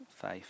faith